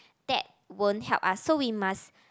that won't help us so we must